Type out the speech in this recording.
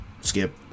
skip